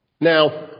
Now